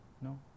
No